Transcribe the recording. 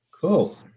Cool